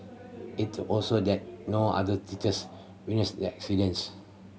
it also that no other teachers witnessed the incidents